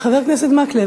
חבר הכנסת מקלב,